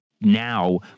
now